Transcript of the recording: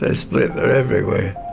ah split, they're everywhere.